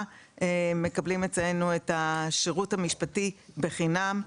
מקבלים אצלנו את השירות המשפטי בחינם,